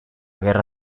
guerra